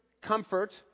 comfort